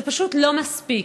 זה פשוט לא מספיק.